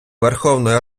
верховної